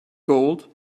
gold